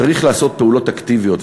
צריך לעשות פעולות אקטיביות.